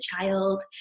child